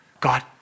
God